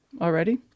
already